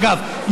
אגב,